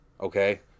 Okay